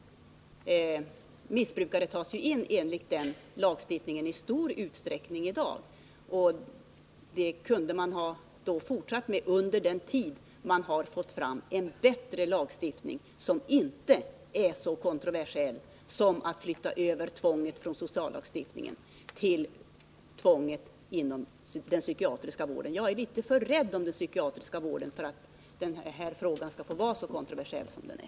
Missbrukare tas ju i dag i stor utsträckning in enligt den lagen, och man kunde ha fortsatt härmed tills man får fram en bättre lagstiftning som inte är så kontroversiell som den som innebär att tvång inom sociallagstiftningen flyttas över till tvång inom den psykiatriska vården. Jag ärlitet för rädd om den psykiatriska vården för att den här frågan skall få vara så kontroversiell som den är.